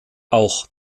auch